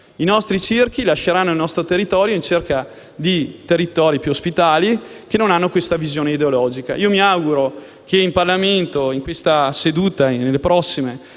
I nostri circhi lasceranno il nostro territorio in cerca di territori più ospitali che non hanno questa visione ideologica. Mi auguro che in Parlamento, in questa seduta e nelle prossime,